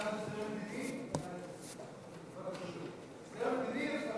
הסדר מדיני.